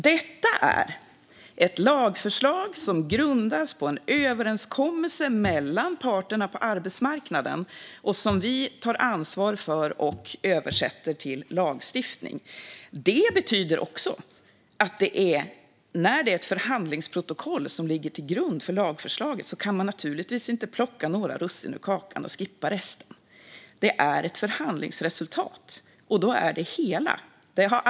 Detta är ett lagförslag som grundas på en överenskommelse mellan parterna på arbetsmarknaden som vi tar ansvar för och översätter till lagstiftning. Det betyder också att när det är ett förhandlingsprotokoll som ligger till grund för lagförslaget kan man naturligtvis inte plocka några russin ur kakan och skippa resten. Det är ett förhandlingsresultat, och då är det hela resultatet.